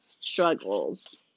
struggles